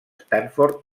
stanford